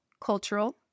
cultural